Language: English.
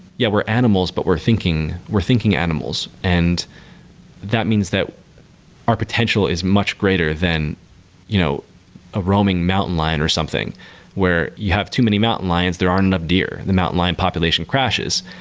yeah we're animals, but we're thinking we're thinking animals, and that means that our potential is much greater than you know a roaming mountain lion or something where you have too many mountain lions, there aren't enough deer. the mountain lion population crashes.